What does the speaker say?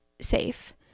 safe